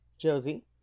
Josie